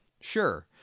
Sure